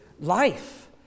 life